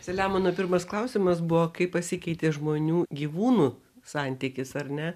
saliamono pirmas klausimas buvo kaip pasikeitė žmonių gyvūnų santykis ar ne